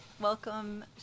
Welcome